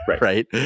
right